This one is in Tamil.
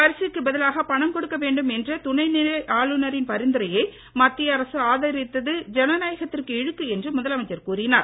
அரிசிக்கு பதிலாக பணம் கொடுக்க வேண்டும் என்ற துணைநிலை ஆளுநரின் பரிந்துரையை மத்திய அரசு ஆதரித்தது ஜனநாயகத்திற்கு இழுக்கு என முதலமைச்சர் கூறினார்